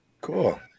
cool